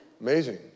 Amazing